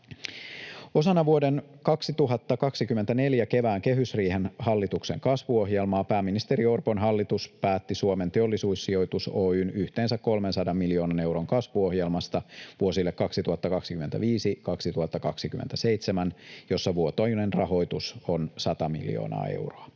Osana vuoden 2024 kevään kehysriihen hallituksen kasvuohjelmaa pääministeri Orpon hallitus päätti Suomen Teollisuussijoitus Oy:n yhteensä 300 miljoonan euron kasvuohjelmasta vuosille 2025—2027, jossa vuotuinen rahoitus on 100 miljoonaa euroa.